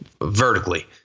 vertically